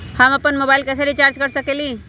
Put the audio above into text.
हम अपन मोबाइल कैसे रिचार्ज कर सकेली?